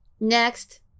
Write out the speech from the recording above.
Next